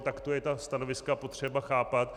Takto je ta stanoviska potřeba chápat.